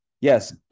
Yes